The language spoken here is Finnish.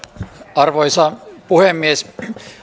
arvoisa puhemies